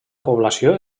població